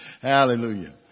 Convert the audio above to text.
Hallelujah